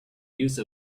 use